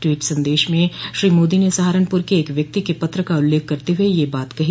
tweet संदेश में श्री मोदी ने सहारनपुर के एक व्याक्ति के पत्र का उल्लेख करते हुए यह बात कही